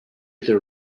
their